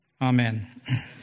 Amen